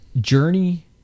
Journey